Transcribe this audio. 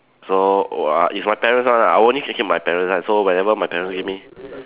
so uh is my parents one ah I only can keep my parents one so whenever my parents give me